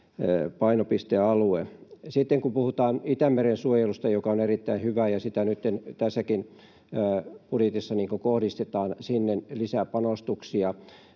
painopistealue. Sitten, kun puhutaan Itämeren suojelusta, joka on erittäin hyvää — ja sinne nytten tässäkin budjetissa kohdistetaan lisäpanostuksia